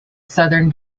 southern